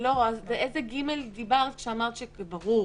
אז על איזה (ג) דיברת כשאמרת שברור?